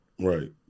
Right